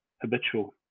habitual